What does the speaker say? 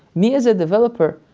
me as a developer,